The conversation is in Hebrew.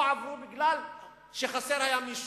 ולא עברו כי חסר היה מישהו.